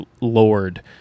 lord